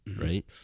right